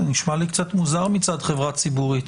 נשמע לי קצת מוזר מצד חברה ציבורית.